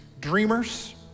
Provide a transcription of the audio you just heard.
Dreamers